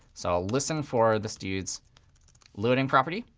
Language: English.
so i'll listen for this dude's loading property.